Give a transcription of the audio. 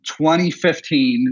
2015